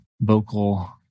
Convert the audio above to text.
vocal